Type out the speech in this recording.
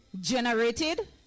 generated